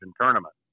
tournament